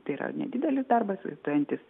tai yra nedidelis darbas vaizduojantis